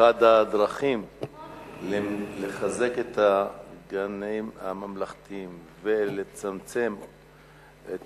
אחת הדרכים לחזק את הגנים הממלכתיים ולצמצם את